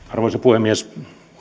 arvoisa puhemies